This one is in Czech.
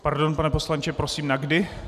Pardon, pane poslanče, prosím na kdy?